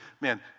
man